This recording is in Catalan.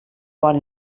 bon